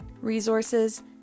resources